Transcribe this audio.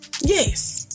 yes